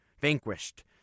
vanquished